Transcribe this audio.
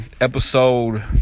episode